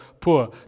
poor